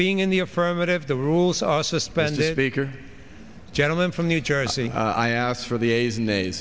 being in the affirmative the rules are suspended baker gentleman from new jersey i asked for the a